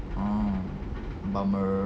oh bummer